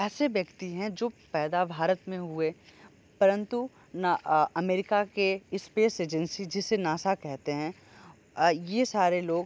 ऐसे व्यक्ति है जो पैदा भारत में हुए परंतु अमेरिका के स्पेस एजेंसी जिसे नासा कहते हैं यह सारे लोग